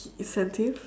incentive